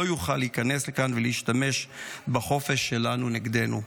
לא יוכל להיכנס לכאן ולהשתמש בחופש שלנו נגדנו.